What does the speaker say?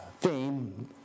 theme